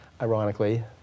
ironically